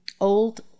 old